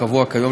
הקבוע כיום,